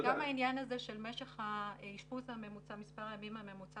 זה גם העניין הזה של מספר ממוצע של ימי אשפוז,